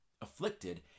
afflicted